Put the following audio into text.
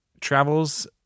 travels